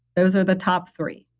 those are the top three.